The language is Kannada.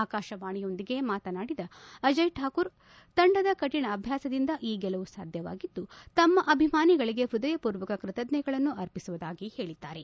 ಆಕಾಶವಾಣಿಯೊಂದಿಗೆ ಮಾತನಾಡಿದ ಅಜಯ್ ಠಾಕೂರ್ ತಂಡದ ಕಠಿಣ ಅಭ್ಯಾಸದಿಂದ ಈ ಗೆಲುವು ಸಾಧ್ಯವಾಗಿದ್ದು ತಮ್ನ ಅಭಿಮಾನಿಗಳಿಗೆ ಹ್ಬದಯಪೂರ್ವಕ ಕೃತಜ್ಞತೆಗಳನ್ನು ಅರ್ಪಿಸುವುದಾಗಿ ಹೇಳಿದ್ದಾರೆ